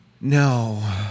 No